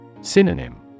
Synonym